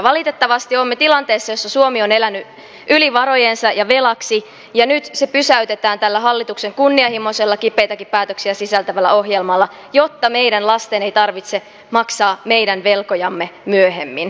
valitettavasti olemme tilanteessa jossa suomi on elänyt yli varojensa ja velaksi ja nyt se pysäytetään tällä hallituksen kunnianhimoisella kipeitäkin päätöksiä sisältävällä ohjelmalla jotta lastemme ei tarvitse maksaa meidän velkojamme myöhemmin